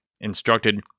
instructed